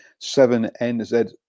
7NZ